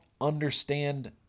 understand